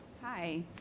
Hi